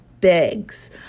begs